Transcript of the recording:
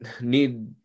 need